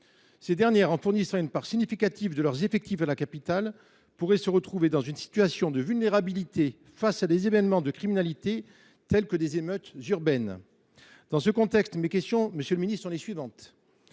Ces dernières, en fournissant une part significative de leurs effectifs à la capitale, pourraient se retrouver dans une situation de vulnérabilité face à des événements de criminalité, tels que des émeutes urbaines. Dans ce contexte, quelles mesures